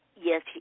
Yes